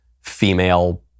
female